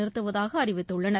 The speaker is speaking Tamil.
நிறுத்துவதாக அறிவித்துள்ளனர்